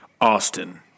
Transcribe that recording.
Austin